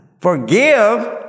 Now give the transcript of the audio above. Forgive